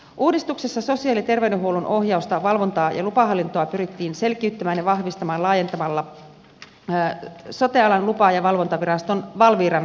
uudistuksessa sosiaali ja terveydenhuollon ohjausta valvontaa ja lupahallintoa pyrittiin selkiyttämään ja vahvistamaan laajentamalla sote alan lupa ja valvontaviraston valviran toimialaa